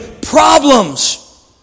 problems